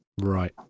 Right